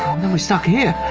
and we're stuck here.